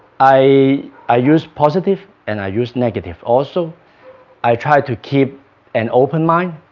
i i use positive and i use negative. also i try to keep an open mind